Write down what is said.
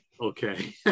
okay